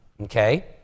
Okay